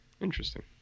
Interesting